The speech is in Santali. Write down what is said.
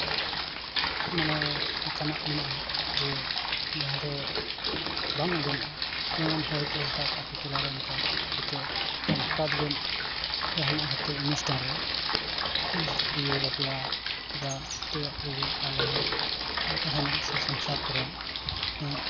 ᱢᱟᱱᱮ ᱚᱱᱠᱟᱱᱟᱜ ᱢᱮᱱᱟᱜᱼᱟ ᱡᱮ ᱡᱟᱦᱟᱸ ᱫᱚ ᱵᱟᱝ ᱟᱸᱡᱚᱢᱚᱜᱼᱟ ᱡᱮᱢᱚᱱ ᱦᱚᱭᱛᱳ ᱦᱚᱴᱟᱛ ᱟᱹᱛᱩ ᱴᱚᱞᱟ ᱨᱮ ᱚᱱᱠᱟ ᱦᱚᱭᱛᱳ ᱢᱤᱫᱴᱟᱝ ᱦᱚᱴᱟᱛ ᱜᱮ ᱡᱟᱦᱟᱱᱟᱜ ᱦᱚᱭᱛᱚ ᱚᱱᱩᱥᱴᱷᱟᱱ ᱨᱮ ᱵᱤᱦᱟᱹ ᱵᱟᱯᱞᱟ ᱵᱟ ᱟᱹᱛᱩ ᱚᱲᱟᱜ ᱠᱚᱨᱮ ᱪᱮᱫᱞᱮᱠᱟ ᱡᱟᱦᱟᱸ ᱢᱤᱫᱴᱟᱝ ᱛᱟᱦᱮᱱᱟ ᱥᱮ ᱥᱚᱝᱥᱟᱨ ᱠᱚᱨᱮ